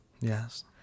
Yes